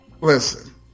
Listen